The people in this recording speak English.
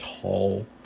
tall